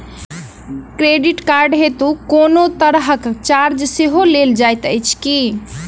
Credit card हेतु कोनो तरहक चार्ज सेहो लेल जाइत अछि की?